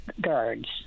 guards